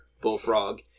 Bullfrog